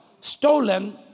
stolen